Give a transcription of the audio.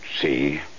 see